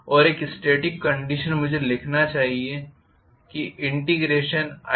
और एक static condition मुझे लिखना चाहिए idλ